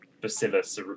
Bacillus